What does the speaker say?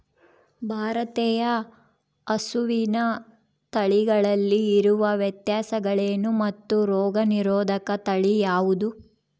ಭಾರತೇಯ ಹಸುವಿನ ತಳಿಗಳಲ್ಲಿ ಇರುವ ವ್ಯತ್ಯಾಸಗಳೇನು ಮತ್ತು ರೋಗನಿರೋಧಕ ತಳಿ ಯಾವುದು?